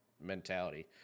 mentality